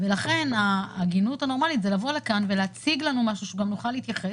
לכן ההגינות הנורמלית זה לבוא לכאן ולהציג לנו משהו שגם נוכל להתייחס,